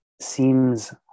seems